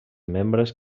membres